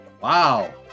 Wow